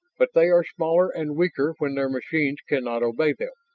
but they are smaller and weaker when their machines cannot obey them.